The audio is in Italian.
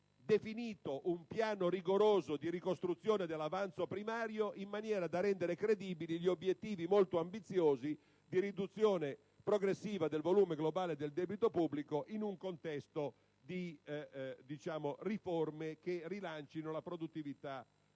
definito un piano rigoroso di ricostruzione dell'avanzo primario, in maniera da rendere credibili gli obiettivi, molto ambiziosi, di riduzione progressiva del volume globale del debito pubblico, in un contesto di riforme che rilancino la produttività del